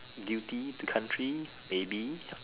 duty to country maybe